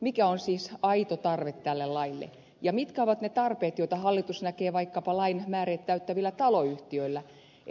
mikä on siis aito tarve tälle laille ja mitkä ovat ne tarpeet joita hallitus näkee vaikkapa lain määreet täyttävillä taloyhtiöillä